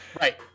Right